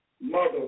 Mother